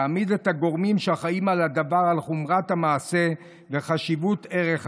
להעמיד את הגורמים שאחראים לדבר על חומרת המעשה וחשיבות ערך השבת.